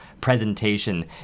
presentation